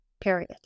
Period